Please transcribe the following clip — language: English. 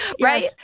right